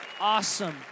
Awesome